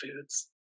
foods